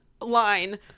line